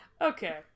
Okay